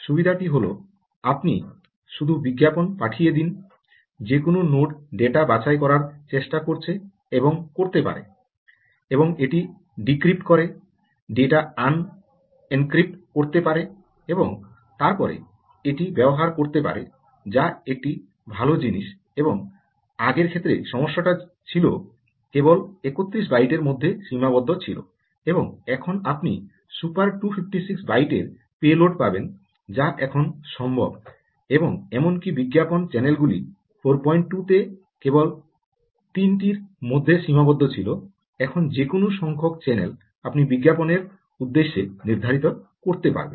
সুবিধাটি হল আপনি শুধু বিজ্ঞাপন পাঠিয়ে দিন যে কোনও নোড ডেটা বাছাই করার চেষ্টা করছে এবং করতে পারে এবং এটি ডিক্রিপ্ট করে ডেটা আন এনক্রিপ্ট করতে পারে এবং তারপরে এটি ব্যবহার করতে পারে যা একটি ভালো জিনিস এবং আগের ক্ষেত্রে সমস্যাটি ছিল কেবল 31 বাইটের মধ্যে সীমাবদ্ধ ছিল এবং এখন আপনি সুপার 256 বাইটের পে লোড পাবেন যা এখন সম্ভব এবং এমনকি বিজ্ঞাপন চ্যানেলগুলি 42 তে কেবল 3 টির মধ্যে সীমাবদ্ধ ছিল এখন যেকোনও সংখ্যক চ্যানেল আপনি বিজ্ঞাপনের উদ্দেশ্যে নির্ধারিত করতে পারবেন